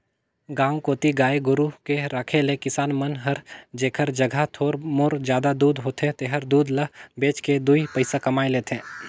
गांव कोती गाय गोरु के रखे ले किसान मन हर जेखर जघा थोर मोर जादा दूद होथे तेहर दूद ल बेच के दुइ पइसा कमाए लेथे